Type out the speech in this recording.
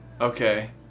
Okay